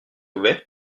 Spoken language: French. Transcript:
ouvert